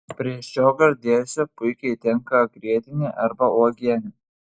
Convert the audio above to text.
prie šio gardėsio puikiai tinka grietinė arba uogienė